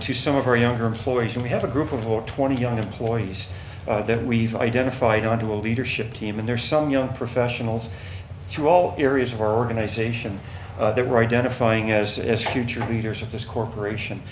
to some of our younger employees. and we have a group of ah about twenty young employees that we've identified onto a leadership team. and there's some young professionals throughout areas of our organization that we're identifying as as future leaders of this corporation.